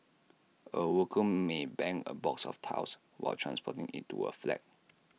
A worker may bang A box of tiles while transporting IT to A flat